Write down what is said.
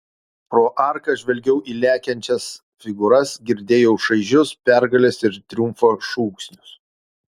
pro arką žvelgiau į lekiančias figūras girdėjau šaižius pergalės ir triumfo šūksnius